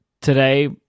today